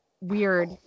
weird